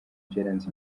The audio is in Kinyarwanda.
byaranze